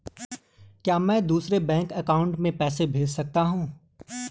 क्या मैं दूसरे बैंक अकाउंट में पैसे भेज सकता हूँ?